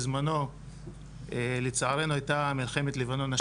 ובזמנו לצערנו הייתה מלחמת לבנון השנייה.